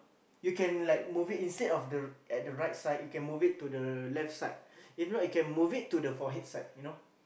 you can like move it instead of the at the right side you can move it to the left side if not you can move it to the forehead side you know